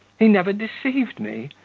he never deceived me,